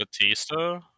Batista